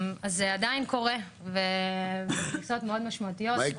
אז זה עדיין קורה, וזה קריסות מאוד משמעותיות.